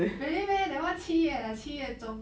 really meh that [one] 七月 eh 七月中